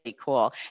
cool